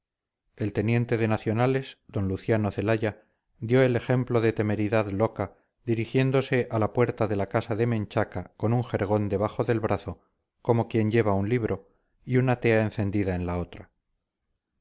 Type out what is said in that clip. el teniente de nacionales d luciano celaya dio el ejemplo de temeridad loca dirigiéndose a la puerta de la casa de menchaca con un jergón debajo del brazo como quien lleva un libro y una tea encendida en la otra